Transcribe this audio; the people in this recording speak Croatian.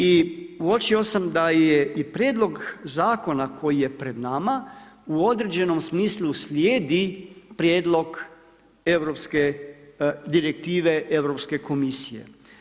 I uočio sam da je i prijedlog zakona koji je pred nama u određenom smislu slijedi prijedlog Europske direktive, Europske komisije.